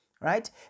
right